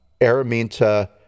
Araminta